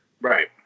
Right